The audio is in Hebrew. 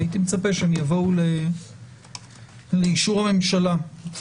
הייתי מצפה שהם יבואו לאישור הממשלה.